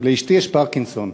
לאשתי יש פרקינסון.